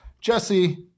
Jesse